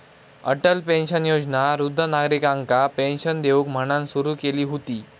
Atal pension Yojana वृद्ध नागरिकांका pension देऊक म्हणान सुरू केली हुती